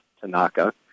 Tanaka